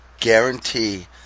guarantee